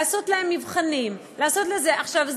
לעשות להם מבחנים; עכשיו,